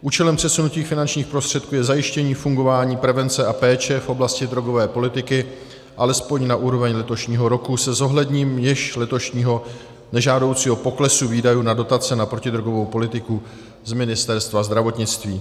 Účelem přesunutých finančních prostředků je zajištění fungování prevence a péče v oblasti protidrogové politiky alespoň na úrovni letošního roku, se zohledněním již letošního nežádoucího poklesu výdajů na dotace na protidrogovou politiku z Ministerstva zdravotnictví.